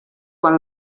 quan